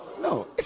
No